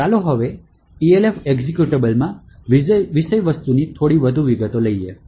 તો ચાલો હવે Elf એક્લ્ઝેક્યુટેબલના વિષયવસ્તુની થોડી વધુ વિગતો લઈએ